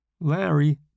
Larry